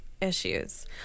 issues